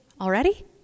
already